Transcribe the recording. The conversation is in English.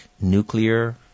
nuclear